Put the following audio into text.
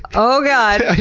oh, god!